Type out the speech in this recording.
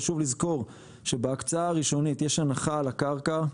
חשוב לזכור שבהקצאה הראשונית יש הנחה על הקרקע.